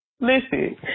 Listen